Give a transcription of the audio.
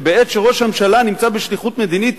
שבעת שראש הממשלה נמצא בשליחות מדינית